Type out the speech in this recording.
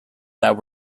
that